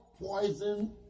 poison